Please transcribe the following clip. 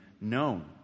known